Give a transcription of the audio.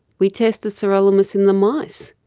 we tested sirolimus in the mice,